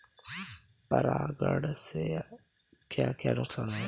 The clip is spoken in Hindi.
परागण से क्या क्या नुकसान हैं?